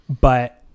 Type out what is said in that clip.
But-